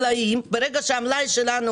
ברגע שצריך לזרוק את המלאי שלנו,